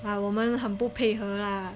啊我们很不配合啦